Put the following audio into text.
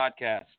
podcast